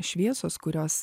šviesos kurios